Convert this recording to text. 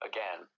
Again